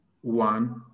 one